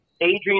Adrian